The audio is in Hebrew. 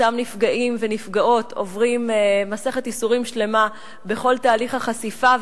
אותם נפגעים ונפגעות עוברים מסכת ייסורים שלמה בכל תהליך החשיפה,